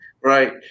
right